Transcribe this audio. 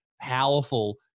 powerful